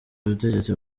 ubutegetsi